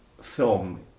film